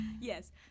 Yes